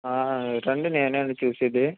రండి నేనే అది చూసేది